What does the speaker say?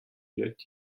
yet